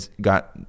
got